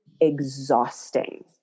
exhausting